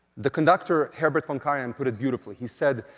the conductor herbert von karajan put it beautifully he said,